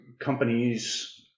companies